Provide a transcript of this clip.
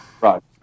Right